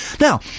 Now